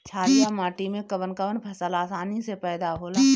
छारिया माटी मे कवन कवन फसल आसानी से पैदा होला?